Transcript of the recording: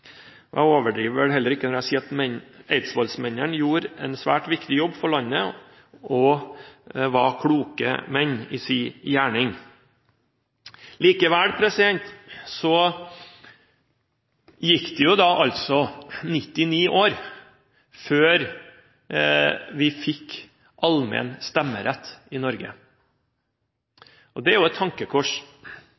Jeg overdriver vel heller ikke når jeg sier at Eidsvollsmennene gjorde en svært viktig jobb for landet og var kloke menn i sin gjerning. Når det likevel gikk 99 år før vi fikk allmenn stemmerett i Norge